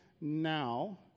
Now